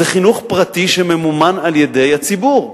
זה חינוך פרטי שממומן על-ידי הציבור,